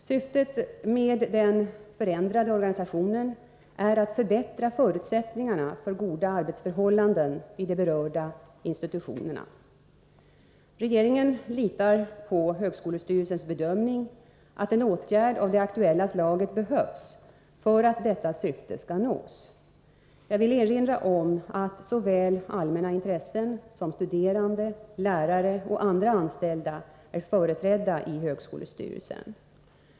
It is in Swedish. Syftet med den förändrade organisationen är att förbättra förutsättningarna för goda arbetsförhållanden vid de berörda institutionerna. Regeringen litar på högskolestyrelsens bedömning att en åtgärd av det aktuella slaget behövs för att detta syfte skall nås. Jag vill erinra om att såväl allmänna intressen som studerande, lärare och andra anställda är företrädda i högskolestyrelsen.